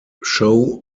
show